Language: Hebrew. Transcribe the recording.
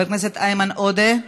חבר הכנסת איימן עודה,